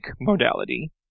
modality